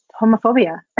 homophobia